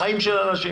בחיים של אנשים.